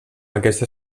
aquesta